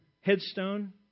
headstone